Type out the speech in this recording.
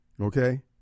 Okay